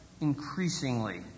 increasingly